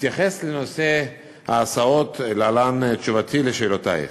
בהתייחס לנושא ההסעות, להלן תשובתי על שאלותייך: